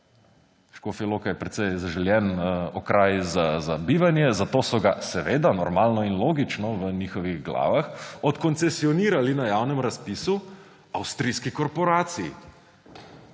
Škofja Loka je precej zaželen okraj za bivanje, zato so ga seveda, normalno in logično v njihovih glavah, odkoncesionirali na javnem razpisu avstrijski korporaciji,